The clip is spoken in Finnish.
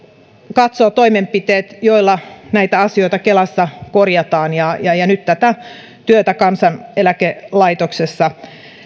katsoo toimenpiteet joilla näitä asioita kelassa korjataan ja ja nyt tätä työtä kansaneläkelaitoksessa